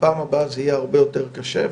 בפעם הבאה זה יהיה הרבה יותר קשה,